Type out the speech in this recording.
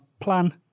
plan